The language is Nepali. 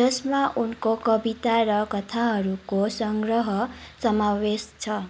जसमा उनको कविता र कथाहरूको सङ्ग्रह समावेश छ